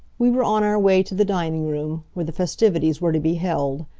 we were on our way to the dining room, where the festivities were to be held.